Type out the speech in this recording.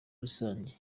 rusange